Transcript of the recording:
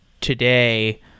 today